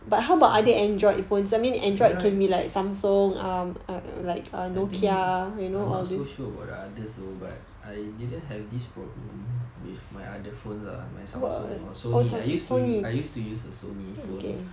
ya I think I'm not so sure about the others though but I didn't have this problem with my other phones ah my samsung and sony I use to use I use to use a sony phone